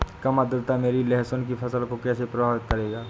कम आर्द्रता मेरी लहसुन की फसल को कैसे प्रभावित करेगा?